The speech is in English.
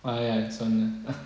ah ya it's on